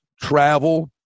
travel